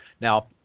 Now